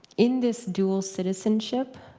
in this dual citizenship,